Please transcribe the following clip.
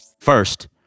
First